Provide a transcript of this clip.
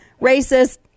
Racist